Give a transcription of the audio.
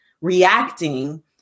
reacting